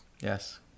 Yes